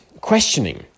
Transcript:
questioning